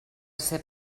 ser